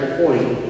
point